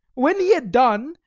when he had done,